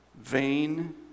vain